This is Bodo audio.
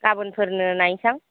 गाबोनफोरनो नायसां